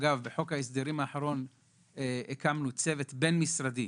אגב, בחוק ההסדרים האחרון הקמנו צוות בין-משרדי,